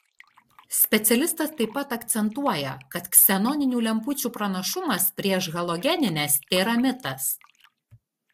specialistas taip pat akcentuoja kad ksenoninių lempučių pranašumas prieš halogenines tėra mitas